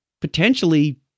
potentially